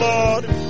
Lord